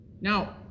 Now